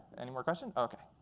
any more questions? ok.